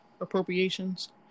appropriations